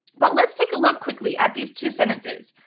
but let's take a look quickly at these two sentences.